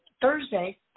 Thursday